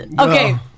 Okay